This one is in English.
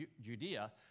Judea